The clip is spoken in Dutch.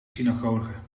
synagoge